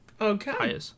Okay